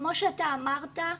כמו שאתה אמרת,